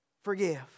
forgive